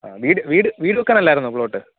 ആ വീട് വീട് വീട് വെയ്ക്കാനല്ലായിരുന്നോ പ്ലോട്ട്